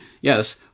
yes